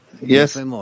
Yes